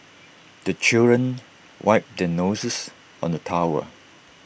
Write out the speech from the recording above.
the children wipe their noses on the towel